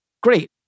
great